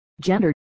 gender